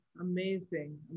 amazing